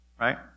right